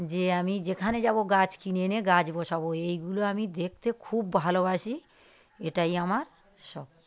যে আমি যেখানে যাব গাছ কিনে এনে গাছ বসাব এইগুলো আমি দেখতে খুব ভালোবাসি এটাই আমার শখ